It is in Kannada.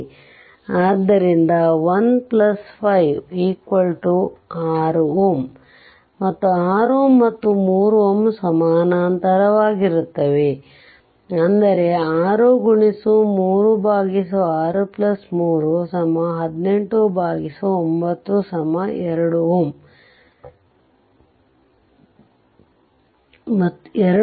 ಆದ್ದರಿಂದ 1 5 6 Ω ಮತ್ತು 6 Ω ಮತ್ತು 3Ω ಸಮಾನಾಂತರವಾಗಿರುತ್ತವೆ ಅಂದರೆ 6x3631892Ω